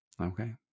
Okay